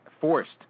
forced